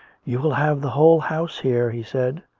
you will have the whole house here, he said.